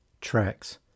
tracks